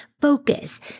Focus